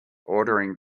ordering